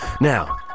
Now